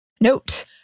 note